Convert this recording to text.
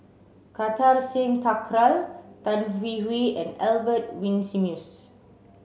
Kartar Singh Thakral Tan Hwee Hwee and Albert Winsemius